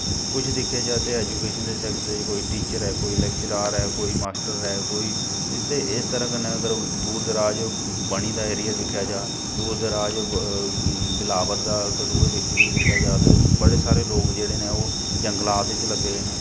कुछ दिक्खेआ ते ऐजुकेशन दे सैक्टर च कोई टीचर ऐ कोई लैक्चरार ऐ कोई माश्टर ऐ कोई ते इस तरह् कन्नै अगर दूर दराज बनी दा एरिया दिक्खेआ जा दूर दराज बिलावर दा कठुआ डिस्टिक दा दिक्खेआ जा ते बड़े सारे लोग जेह्ड़े न ओह् जंगलात च लग्गे दे न